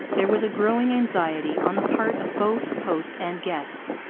there was a growing anxiety, on the part of both host and guests,